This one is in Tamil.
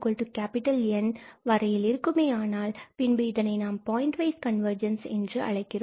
𝑛≥𝑁 வரையில் இருக்குமேயானால் பின்பு இதனை நாம் பாயிண்ட் வைஸ் கன்வர்ஜென்ஸ் என்று அழைக்கிறோம்